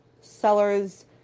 sellers